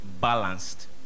balanced